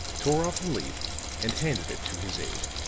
tore off the leaf and handed it to his aid.